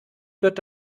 wird